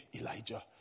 Elijah